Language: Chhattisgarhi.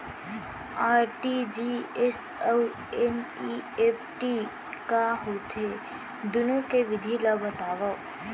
आर.टी.जी.एस अऊ एन.ई.एफ.टी का होथे, दुनो के विधि ला बतावव